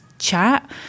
Chat